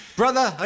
brother